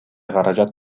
каражат